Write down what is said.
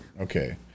Okay